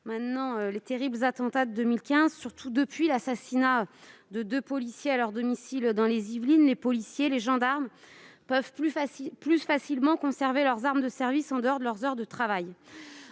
Depuis les terribles attentats de 2015 et, surtout, depuis l'assassinat de deux policiers à leur domicile dans les Yvelines, les agents des forces de l'ordre peuvent plus facilement conserver leur arme de service en dehors de leurs heures de travail.